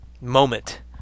moment